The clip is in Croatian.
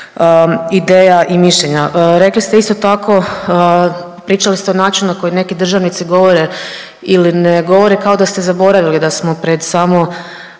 ideja i mišljenja. Rekli ste isto tako, pričali ste o načinu na koji neki državnici govore ili ne govore, kao da ste zaboravili da smo pred samo,